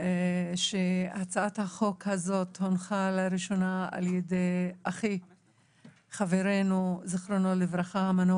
שהצעת החוק הזאת הונחה לראשונה על ידי חברנו המנוח